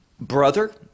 brother